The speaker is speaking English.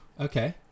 okay